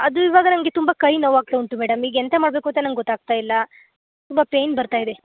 ಅದು ಇವಾಗ ನನಗೆ ತುಂಬ ಕೈ ನೋವಾಗ್ತಾ ಉಂಟು ಮೇಡಮ್ ಈಗ ಎಂತ ಮಾಡಬೇಕು ಅಂತ ನಂಗೆ ಗೊತ್ತಾಗ್ತಾ ಇಲ್ಲ ತುಂಬ ಪೇನ್ ಬರ್ತಾ ಇದೆ